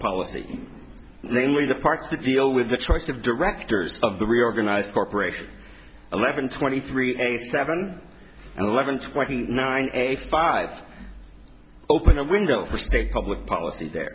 policy namely the parts that deal with the choice of directors of the reorganized corporation eleven twenty three eight seven and eleven twenty nine eighty five open the window for state public policy th